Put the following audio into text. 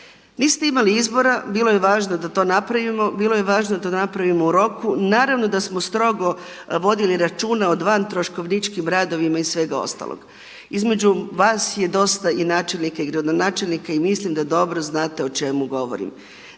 Niste imali izbora, bilo je važno da to napravimo, bilo je važno da to napravimo u roku. Naravno da smo strogo vodili računa o vantroškovničkim radovima i svega ostalog. Između vas je dosta i načelnika i gradonačelnika i mislim da dobro znate o čemu govorim.